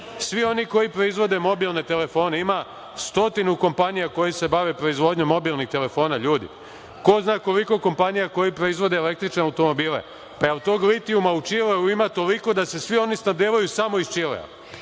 Svi oni koji proizvode mobilne telefone, ima stotinu kompanija koje se bave proizvodnjom mobilnih telefona, ljudi! Ko zna koliko ima kompanija koje proizvode električne automobile! Jel tog litijuma u Čileu ima toliko da se svi oni snabdevaju samo iz Čilea?